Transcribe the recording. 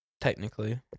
technically